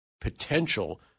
potential